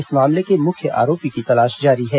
इस मामले के मुख्य आरोपी की तलाश जारी है